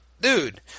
Dude